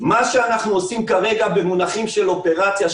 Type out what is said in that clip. מה שאנחנו עושים כרגע במונחים של אופרציה,